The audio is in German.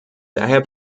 daher